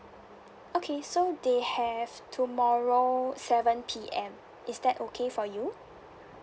okay so they have tomorrow seven P_M is that okay for you